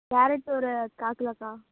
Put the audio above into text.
carrot ஒரு கால் கிலோக்கா